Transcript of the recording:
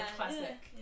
classic